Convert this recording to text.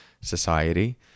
society